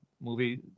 movie